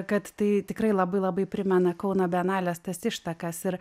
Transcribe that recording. kad tai tikrai labai labai primena kauno bienalės tas ištakas ir